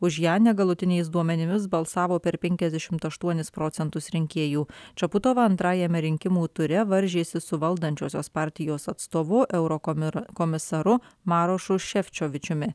už ją negalutiniais duomenimis balsavo per penkiasdešimt aštuonis procentus rinkėjų čaputova antrajame rinkimų ture varžėsi su valdančiosios partijos atstovu eurokomirą komisaru marušu šefčiovičiumi